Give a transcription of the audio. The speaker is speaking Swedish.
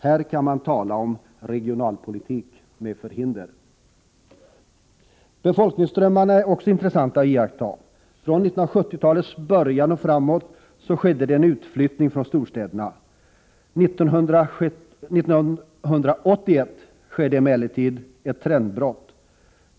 Här kan man tala om regionalpolitik med förhinder! Befolkningsströmmarna är också intressanta att iaktta. Från 1970-talets början och framåt skedde det en utflyttning från storstäderna. 1981 inträffade emellertid ett trendbrott.